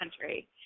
country